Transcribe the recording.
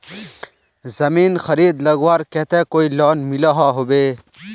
जमीन खरीद लगवार केते कोई लोन मिलोहो होबे?